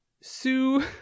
sue